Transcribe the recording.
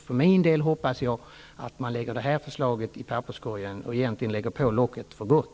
För min del hoppas jag därför att man lägger det här förslaget i papperskorgen och lägger på locket för gott.